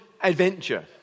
Adventure